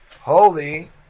holy